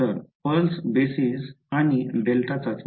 तर pools basis आणि delta चाचणी